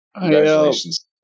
Congratulations